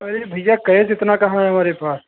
अरे भैया कैसे इतना कहाँ है हमारे पास